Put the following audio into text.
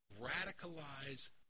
radicalize